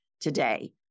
today